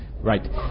right